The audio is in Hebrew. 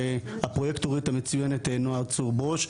הפרויקטורית המצוינת נועה צור ברוש,